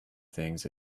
things